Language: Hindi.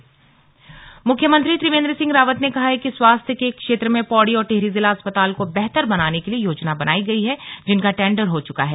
स्लग लोकार्पण शिलान्यास मुख्यमंत्री त्रिवेन्द्र सिंह रावत ने कहा है कि स्वास्थ्य के क्षेत्र में पौड़ी और टिहरी जिला अस्पताल को बेहतर बनाने के लिए योजना बनायी गई है जिनका टेण्डर हो चुका है